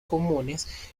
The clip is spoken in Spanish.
comunes